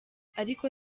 ariko